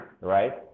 right